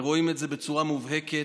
ורואים את זה בצורה מובהקת.